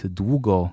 długo